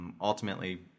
Ultimately